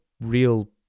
real